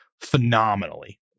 phenomenally